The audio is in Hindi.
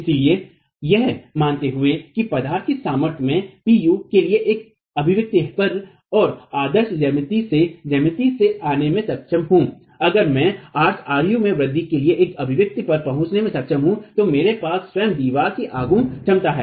इसलिए यह मानते हुए कि पदार्थ की सामर्थ्य से मैं Pu के लिए एक अभिव्यक्ति पर और आदर्श ज्यामिति से ज्यामिति से आने में सक्षम हूं अगर मैं आर्क ru के वृद्धि के लिए एक अभिव्यक्ति पर पहुंचने में सक्षम हूं तो मेरे पास स्वयं दीवार की आघूर्ण क्षमता है